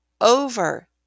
over